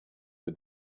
the